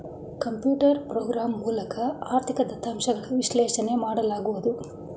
computer program ಮೂಲಕ ಆರ್ಥಿಕ ದತ್ತಾಂಶಗಳ ವಿಶ್ಲೇಷಣೆ ಮಾಡಲಾಗುವುದು